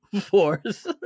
Force